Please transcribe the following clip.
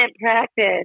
practice